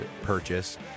purchase